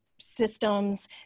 systems